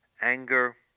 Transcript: anger